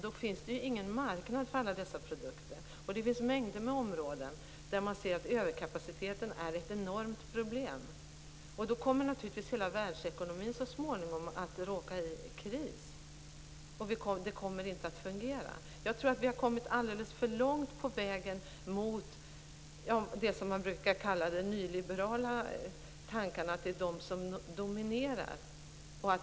Då finns det ingen marknad för alla dessa produkter. Det finns mängder med områden där man ser att överkapaciteten är ett enormt problem. Då kommer naturligtvis hela världsekonomin så småningom att råka i kris. Det kommer inte att fungera. Jag tror att vi har kommit alldeles för långt på vägen mot det som man brukar kalla de nyliberala tankarna. Det är de som dominerar.